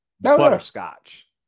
butterscotch